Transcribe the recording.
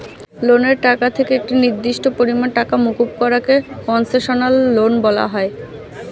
লোনের টাকা থেকে একটি নির্দিষ্ট পরিমাণ টাকা মুকুব করা কে কন্সেশনাল লোন বলা হয়